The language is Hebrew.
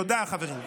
תודה, חברים.